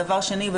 דבר שני,